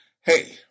Hey